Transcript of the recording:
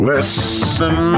Listen